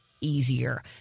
easier